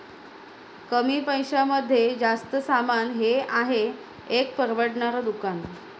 कमी पैशांमध्ये जास्त सामान हे आहे एक परवडणार दुकान